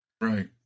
Right